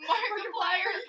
Markiplier